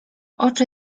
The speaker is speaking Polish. oczy